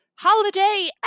Holiday